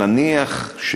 נניח,